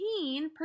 15%